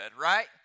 right